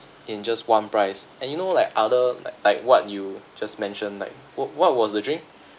in just one price and you know like other like like what you just mentioned like what what was the drink